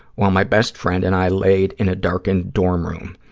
while my best friend and i laid in a darkened dorm room.